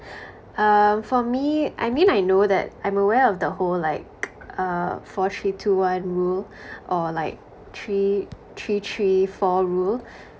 uh for me I mean I know that I'm aware of the whole like uh four three two one rule or like three three three four rule